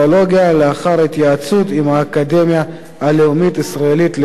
לאחר התייעצות עם האקדמיה הלאומית הישראלית למדעים.